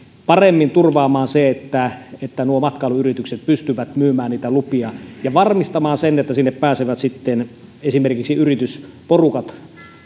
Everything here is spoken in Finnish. paremmin turvaamaan sen että matkailuyritykset pystyvät myymään lupia ja varmistamaan sen että sinne pääsevät sitten esimerkiksi yritysporukat